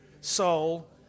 soul